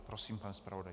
Prosím, pane zpravodaji.